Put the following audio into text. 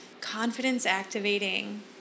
confidence-activating